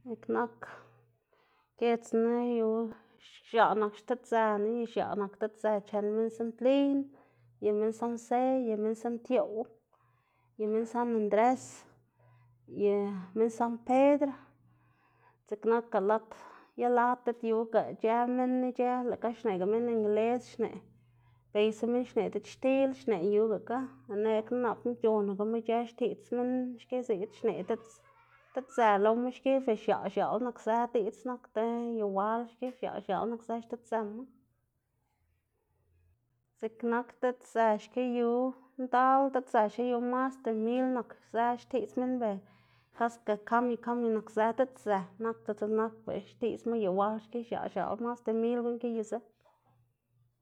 X̱iꞌk nak giedzna yu x̱aꞌ nak xtidz- zënu y x̱aꞌ nak diꞌtsë chen minn santlin y minn sanfse y minn santioꞌw y minn san andres, ye san pedr, ziꞌk nakga lad i lad diꞌt yuga ic̲h̲ë minn ic̲h̲ë lëꞌ ga xneꞌga minn ingles xneꞌ, beysa minn xneꞌ diꞌchtil xneꞌ yugaga, lëꞌ neꞌgna napna c̲h̲onagama ic̲h̲ë xtiꞌdz minn xki ziꞌd xneꞌ diꞌdz diꞌtsë loma xki, ber x̱aꞌ x̱aꞌla nakzë diꞌdz nakda igwal xki x̱aꞌ x̱aꞌla nakzë xtiꞌdz- zëma, ziꞌk nak diꞌtsë xki yu, ndal diꞌtsë xki yu mas de mil nakzë xtiꞌdz minn ber kase kambio kambio nakzë diꞌtsë nakdo ziꞌk nakba xtiꞌdzma igwal xki x̱aꞌ x̱aꞌla mas de mil guꞌn ki yuzë.